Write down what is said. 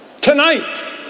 tonight